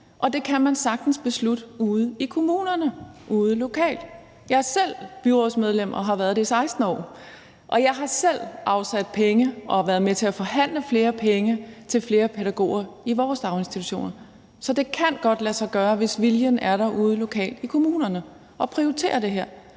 og det kan man sagtens beslutte ude i kommunerne, ude lokalt. Jeg er selv byrådsmedlem og har været det i 16 år, og jeg har selv været med til at afsætte penge og forhandle flere penge til flere pædagoger i vores daginstitutioner. Så det kan godt lade sig gøre, hvis viljen er derude lokalt i kommunerne, at prioritere det her.